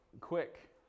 quick